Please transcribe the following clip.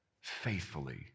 faithfully